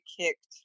kicked